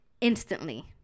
instantly